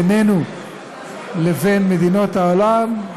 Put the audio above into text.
בינינו לבין מדינות העולם,